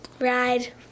ride